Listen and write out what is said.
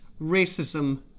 racism